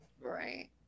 Right